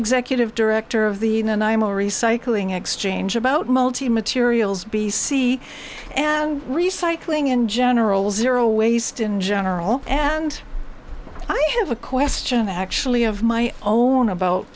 executive director of the and i am a recycling exchange about multi materials b c and recycling in general zero waste in general and i have a question actually of my own about